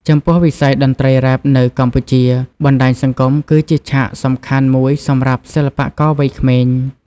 ចំពោះវិស័យតន្ត្រីរ៉េបនៅកម្ពុជា បណ្ដាញសង្គមគឺជាឆាកសំខាន់មួយសម្រាប់សិល្បករវ័យក្មេង។